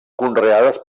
conreades